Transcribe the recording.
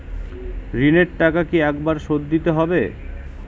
ঋণের টাকা কি একবার শোধ দিতে হবে?